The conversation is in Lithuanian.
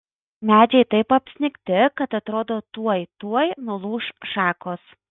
medžiai taip apsnigti kad atrodo tuoj tuoj nulūš šakos